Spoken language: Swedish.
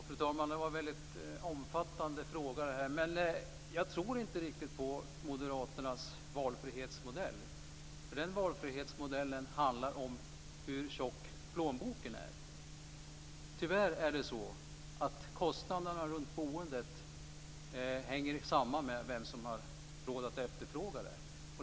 Fru talman! Det var en väldigt omfattande fråga. Jag tror inte riktigt på moderaternas valfrihetsmodell, för den valfrihetsmodellen handlar om hur tjock plånboken är. Tyvärr är det så att kostnaderna runt boendet hänger samma med vem som har råd att efterfråga det.